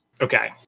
Okay